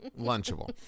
Lunchable